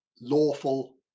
lawful